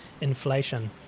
inflation